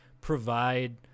provide